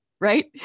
right